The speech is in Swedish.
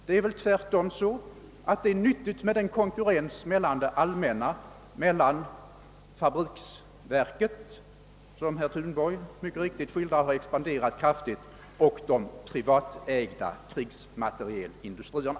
Det är väl tvärtom nyttigt med en konkurrens mellan det allmänna, d. v. s. försvarets fabriksverk, vilket — såsom herr Thunborg mycket riktigt redovisat — har expanderat kraftigt, och de privatägda krigsmaterielindustrierna.